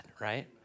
right